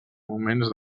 moments